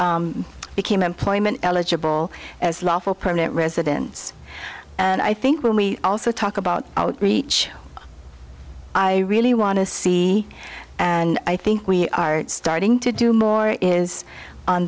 k became employment eligible as lawful permanent residents and i think when we also talk about outreach i really want to see and i think we are starting to do more is on